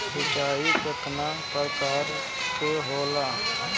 सिंचाई केतना प्रकार के होला?